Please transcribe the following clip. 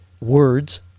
words